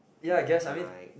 like